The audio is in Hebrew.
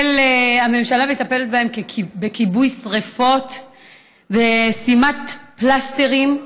הממשלה מטפלת בהן בכיבוי שרפות ובשימת פלסטרים.